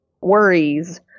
worries